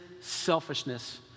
selfishness